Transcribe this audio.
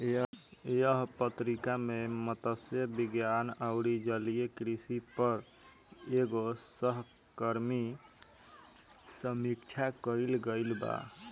एह पत्रिका में मतस्य विज्ञान अउरी जलीय कृषि पर एगो सहकर्मी समीक्षा कईल गईल बा